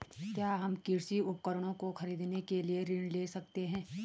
क्या हम कृषि उपकरणों को खरीदने के लिए ऋण ले सकते हैं?